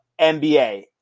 NBA